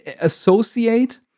associate